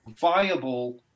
viable